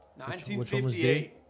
1958